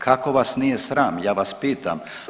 Kako vas nije sram ja vas pitam.